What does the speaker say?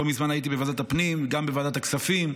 לא מזמן הייתי בוועדת הפנים, גם בוועדת הכספים,